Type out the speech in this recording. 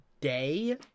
day